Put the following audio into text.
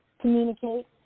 communicate